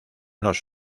los